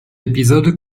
épisode